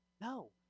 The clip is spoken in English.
No